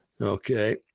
Okay